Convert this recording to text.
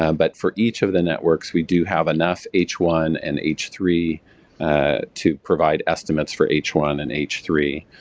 um but for each of the networks we do have enough h one and h three to provide estimates for h one and h three.